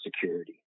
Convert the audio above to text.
security